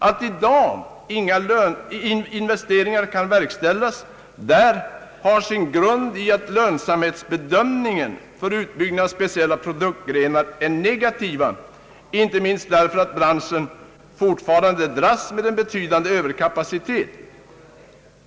Att i dag inga investeringar kan verkställas där har sin grund i att lönsamhetsbedömningen för utbyggnad av speciella produktgrenar är negativa inte minst därför att branschen fortfarande dras med en betydande överkapacitet.